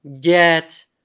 get